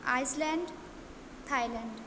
Iceland Thailand